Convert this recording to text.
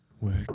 Work